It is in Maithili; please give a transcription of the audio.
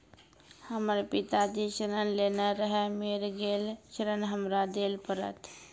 हमर पिताजी ऋण लेने रहे मेर गेल ऋण हमरा देल पड़त?